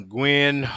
Gwen